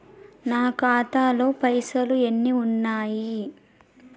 నా ఖాతాలో పైసలు ఎన్ని ఉన్నాయి?